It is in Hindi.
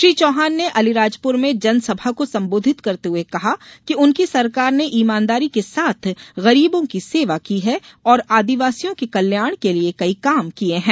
श्री चौहान ने अलीराजपुर में जनसभा को सम्बोधित करते हुए कहा कि उनकी सरकार ने ईमानदारी के साथ गरीबों की सेवा की है और आदिवासियों के कल्याण के लिये कई काम किये हैं